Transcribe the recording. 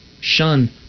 shun